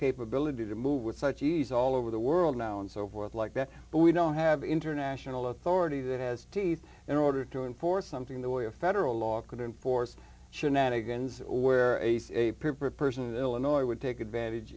capability to move with such ease all over the world now and so forth like that but we don't have international authority that has teeth in order to enforce something the way a federal law could enforce shenanigans where a person in illinois would take advantage